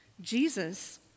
Jesus